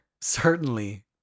Certainly